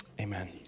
Amen